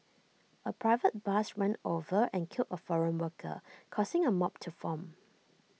A private bus ran over and killed A foreign worker causing A mob to form